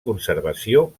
conservació